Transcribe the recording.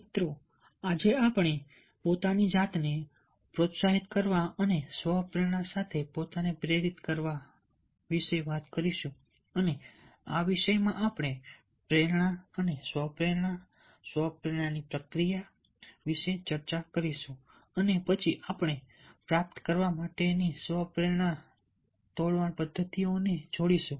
મિત્રો આજે આપણે પોતાની જાતને પ્રોત્સાહિત કરવા અને સ્વ પ્રેરણા સાથે પોતાને પ્રેરિત કરવા વિશે વાત કરીશું અને આ વિષયમાં આપણે પ્રેરણા અને સ્વ પ્રેરણા સ્વ પ્રેરણા પ્રક્રિયા વિશે ચર્ચા કરીશું અને પછી આપણે પ્રાપ્ત કરવા માટેની સ્વ પ્રેરણા તોડવાની પદ્ધતિઓ ને જોડીશું